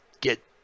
get